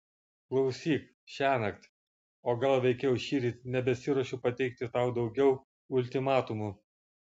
klausyk šiąnakt o gal veikiau šįryt nebesiruošiu pateikti tau daugiau ultimatumų